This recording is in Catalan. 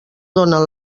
donen